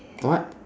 what